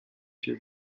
się